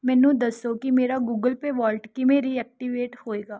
ਮੈਨੂੰ ਦੱਸੋ ਕਿ ਮੇਰਾ ਗੂਗਲ ਪੇ ਵਾਲਟ ਕਿਵੇਂ ਰੀਐਕਟੀਵੇਟ ਹੋਵੇਗਾ